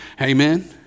amen